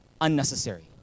unnecessary